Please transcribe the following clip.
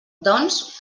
doncs